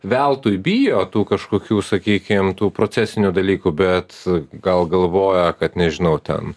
veltui bijo tų kažkokių sakykim tų procesinių dalykų bet gal galvoja kad nežinau ten